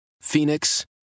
Phoenix